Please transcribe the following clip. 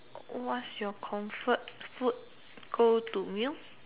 what's your comfort food go to meal